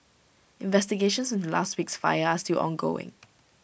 investigations into last week's fire are still ongoing